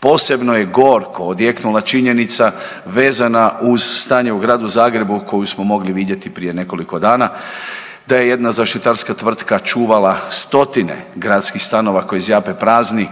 Posebno je gorko odjeknula činjenica vezana uz stanje u gradu Zagrebu koju smo mogli vidjeti prije nekoliko dana, da je jedna zaštitarska tvrtka čuvala stotine gradskih stanova koji zjape prazni,